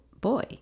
boy